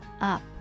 up